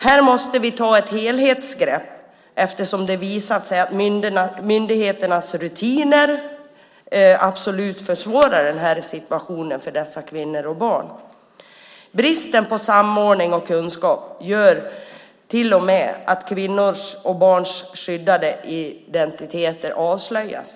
Här måste vi ta ett helhetsgrepp eftersom det har visat sig att myndigheternas rutiner absolut försvårar situationen för dessa kvinnor och barn. Bristen på samordning och kunskap gör till och med att kvinnors och barns skyddade identiteter avslöjas.